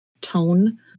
tone